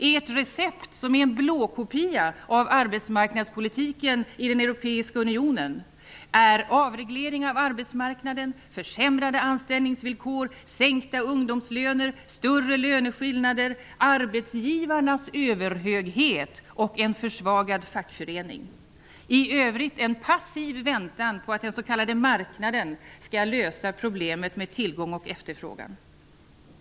Ert recept, som är en blåkopia av arbetsmarknadspolitiken i den europeiska unionen, innehåller avregleringar av arbetsmarknaden, försämrade anställningsvillkor, sänkta ungdomslöner, större löneskillnader, arbetsgivarnas överhöghet och en försvagad fackförening. I övrigt gäller det en passiv väntan på att den s.k. marknaden skall lösa problemet med tillgång och efterfrågan.